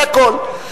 זה הכול.